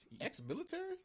Ex-military